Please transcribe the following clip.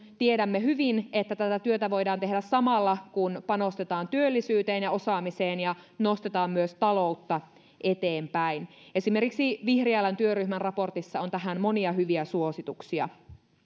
tiedämme hyvin että tätä työtä voidaan tehdä samalla kun panostetaan työllisyyteen ja osaamiseen ja nostetaan myös taloutta eteenpäin esimerkiksi vihriälän työryhmän raportissa on tähän monia hyviä suosituksia